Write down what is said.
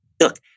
look